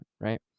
right